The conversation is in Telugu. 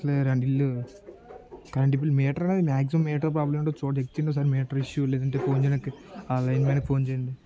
అట్లే రెండు బిల్లు మీటర్ అనేది మ్యాక్సిమం మీటర్ ప్రాబ్లమ్ ఏంటో చూడండి ఇచ్చిండు సార్ మీటర్ ఇష్యూ లేదంటే ఫోన్ చేయడానికి ఆ లైన్మెన్కి ఫోన్ చేయండి